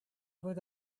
was